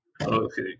Okay